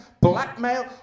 blackmail